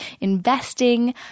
investing